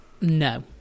no